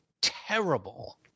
terrible